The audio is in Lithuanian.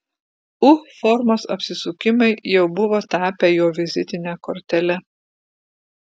u formos apsisukimai jau buvo tapę jo vizitine kortele